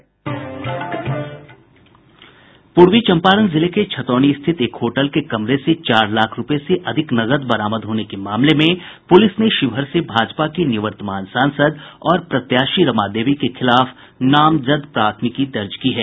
पूर्वी चंपारण जिले में छतौनी स्थित एक होटल के कमरे से चार लाख रुपये से अधिक नकद बरामद होने के मामले में पुलिस ने शिवहर से भाजपा की निवर्तमान सांसद और प्रत्याशी रमा देवी के खिलाफ नामजद प्राथमिकी दर्ज की है